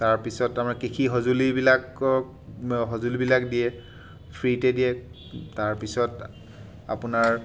তাৰপিছত তাৰমানে কৃষি সঁজুলি বিলাকক সঁজুলিবিলাক দিয়ে ফ্ৰীতে দিয়ে তাৰপিছত আপোনাৰ